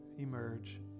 emerge